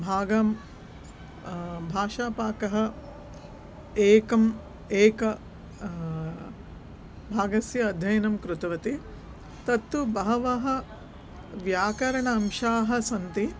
भागं भाषापाकः एकम् एक भागस्य अध्ययनं कृतवती तत्तु बहवः व्याकरण अंशाः सन्ति